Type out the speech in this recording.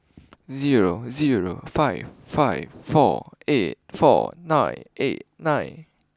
zero zero five five four eight four nine eight nine